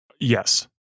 Yes